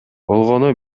болгону